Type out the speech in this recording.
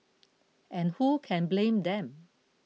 and who can blame them